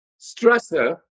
stressor